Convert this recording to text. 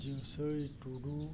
ᱡᱩᱥᱟᱹᱭ ᱴᱩᱰᱩ